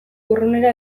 urrunera